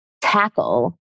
tackle